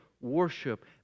worship